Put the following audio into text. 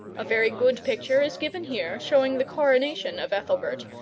a very good picture is given here showing the coronation of ethelbert,